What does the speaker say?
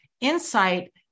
insight